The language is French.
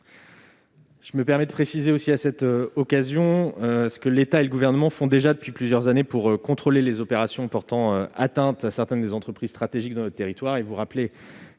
excessives. Je profite aussi de cette occasion pour préciser ce que l'État et le Gouvernement font déjà depuis plusieurs années pour contrôler les opérations portant atteinte à certaines des entreprises stratégiques de notre territoire